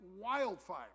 wildfire